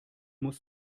muss